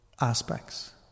aspects